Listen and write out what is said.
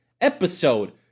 Episode